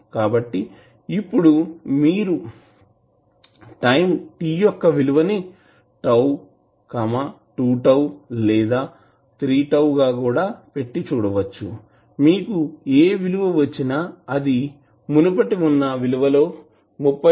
కాబట్టి ఇప్పుడు మీరు టైం t యొక్కవిలువని τ 2 τ లేదా 3 τ గా కూడా పెట్టి చూడవచ్చుమీకు ఏ విలువ వచ్చిన అది మునపటి వున్నా విలువ లో 36